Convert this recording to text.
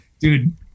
Dude